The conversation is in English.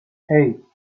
hey